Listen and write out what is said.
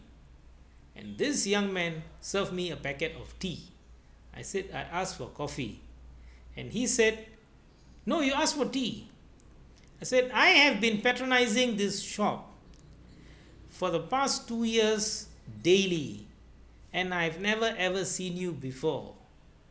and this young man serve me a packet of tea I said I asked for coffee and he said no you ask for tea I said I have been patronising this shop for the past two years daily and I've never ever seen you before